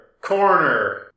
corner